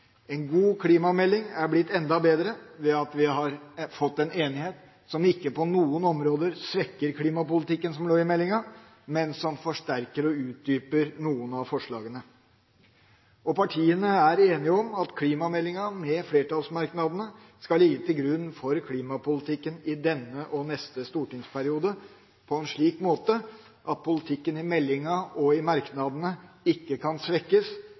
En god klimamelding er blitt enda bedre ved at vi har fått en enighet som ikke på noen områder svekker klimapolitikken som lå i meldinga, men som forsterker og utdyper noen av forslagene. Partiene er enige om at klimameldinga, med flertallsmerknadene, skal ligge til grunn for klimapolitikken i denne og neste stortingsperiode på en slik måte at politikken i meldinga og i merknadene ikke kan svekkes,